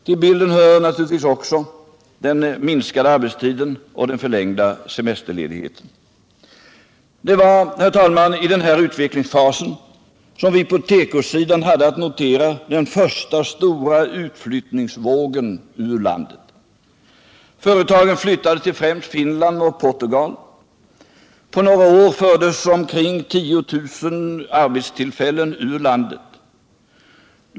Till bilden hör naturligtvis också den minskade arbetstiden och den förlängda semesterledigheten. Det var, herr talman, i den här utvecklingsfasen som vi på tekosidan hade att notera den första stora utflyttningsvågen ur landet. Företagen flyttade till främst Finland och Portugal. På några år fördes omkring 10 000 arbetstillfällen ur landet.